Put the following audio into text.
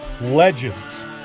legends